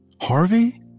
Harvey